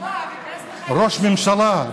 ראש הממשלה,